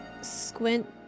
squint